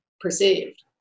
perceived